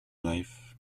life